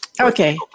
Okay